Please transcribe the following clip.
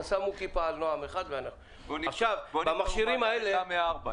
אז שמו כיפה על נועם 1. בוא נתפור גם לתמי 4,